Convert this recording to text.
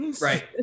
right